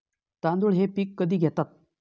तांदूळ हे पीक कधी घेतात?